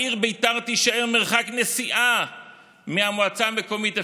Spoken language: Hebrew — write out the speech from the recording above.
העיר ביתר תישאר מרחק נסיעה מהמועצה המקומית אפרת,